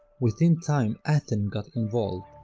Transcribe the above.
within time athen got involved.